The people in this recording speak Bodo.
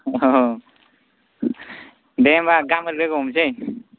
दे होनबा गाबोन लोगो हमनोसै